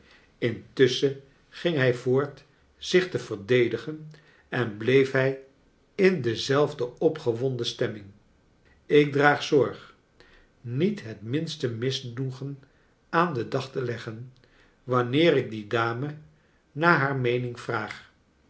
intusschen ging hij voort zich te verdedigen en bleef hij in dezelfde opgewonden stemming ik draag zorg niet het minste misnoegen aan den dag te leggen wanneer ik die dame naar haar meening vraag